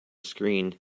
screen